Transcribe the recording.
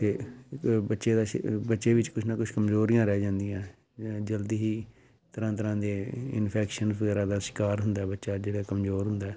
ਇਹ ਅ ਬੱਚੇ ਦਾ ਸ਼ ਬੱਚੇ ਵਿੱਚ ਕੁਛ ਨਾ ਕੁਛ ਕਮਜ਼ੋਰੀਆਂ ਰਹਿ ਜਾਂਦੀਆਂ ਅ ਜਲਦੀ ਹੀ ਤਰ੍ਹਾਂ ਤਰ੍ਹਾਂ ਦੇ ਇਨਫੈਕਸ਼ਨ ਵਗੈਰਾ ਦਾ ਸ਼ਿਕਾਰ ਹੁੰਦਾ ਬੱਚਾ ਜਿਹੜਾ ਕਮਜ਼ੋਰ ਹੁੰਦਾ